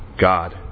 God